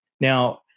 Now